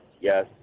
yes